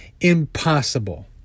impossible